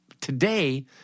today